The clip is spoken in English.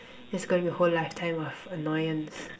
it's going to be whole lifetime of annoyance